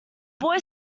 boy